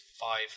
five